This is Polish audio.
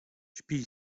spij